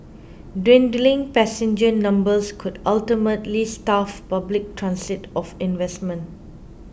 dwindling passenger numbers could ultimately starve public transit of investment